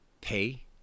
pay